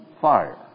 fire